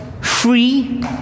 free